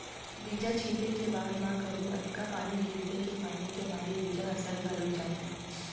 बीजा छिते के बाद म कभू अतका पानी गिरथे के पानी के मारे बीजा ह सर घलोक जाथे